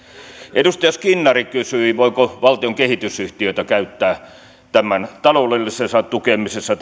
edustaja skinnari kysyi voiko valtion kehitysyhtiötä käyttää tämän strategian taloudellisessa tukemisessa